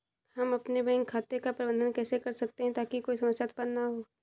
हम अपने बैंक खाते का प्रबंधन कैसे कर सकते हैं ताकि कोई समस्या उत्पन्न न हो?